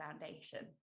Foundation